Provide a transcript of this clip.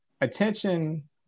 attention